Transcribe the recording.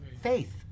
faith